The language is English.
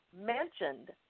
mentioned